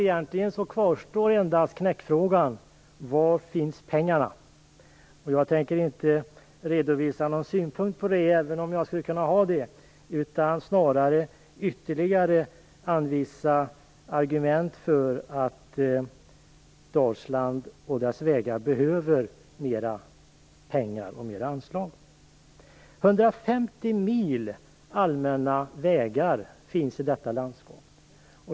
Egentligen kvarstår endast knäckfrågan, var finns pengarna? Jag tänker inte redovisa någon synpunkt på det, även om jag skulle kunna ha en sådan, utan snarare ytterligare anvisa argument för att Dalsland och dess vägar behöver mer pengar och ett större anslag. 150 mil allmänna vägar finns i detta landskap.